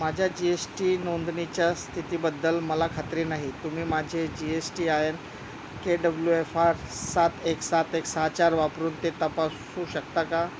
माझ्या G S T नोंदणीच्या स्थितीबद्दल मला खात्री नाही तुम्ही माझे G S T I N K W F R सात एक सात एक सहा चार वापरून ते तपासू शकता का